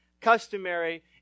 customary